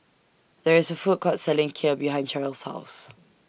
There IS A Food Court Selling Kheer behind Cheryle's House